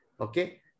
Okay